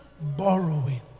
borrowing